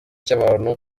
cy’abantu